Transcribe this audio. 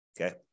okay